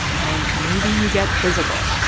or maybe you get physical,